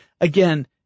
again